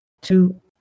two